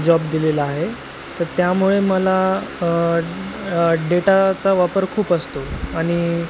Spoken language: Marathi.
जॉब दिलेला आहे तर त्यामुळे मला डेटाचा वापर खूप असतो आणि